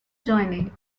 joining